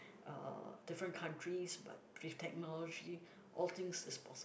uh different countries but with technology all things is possible